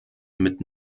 mit